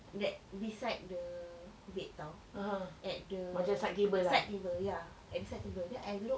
that beside the bed [tau] down at the side table ya at the side table then I look